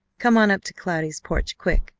come on up to cloudy's porch, quick,